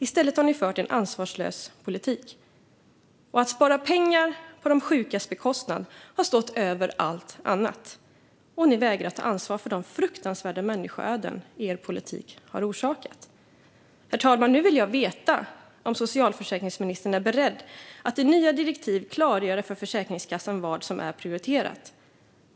I stället har ni fört en ansvarslös politik. Att spara pengar på de sjukas bekostnad har stått över allt annat. Ni vägrar ta ansvar för de fruktansvärda människoöden er politik har orsakat. Herr talman! Nu vill jag veta om socialförsäkringsministern är beredd att i nya direktiv klargöra för Försäkringskassan vad som är prioriterat.